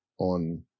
on